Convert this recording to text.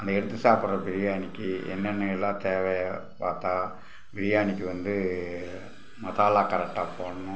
அந்த எடுத்து சாப்பிட்ற பிரியாணிக்கு என்னென்னவெலாம் தேவை பார்த்தா பிரியாணிக்கு வந்து மசாலா கரெக்டாக போடணும்